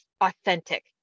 authentic